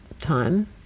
time